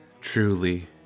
truly